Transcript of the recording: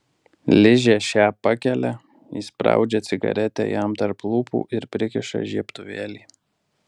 ližė šią pakelia įspraudžia cigaretę jam tarp lūpų ir prikiša žiebtuvėlį